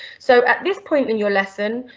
so at this point in your lesson,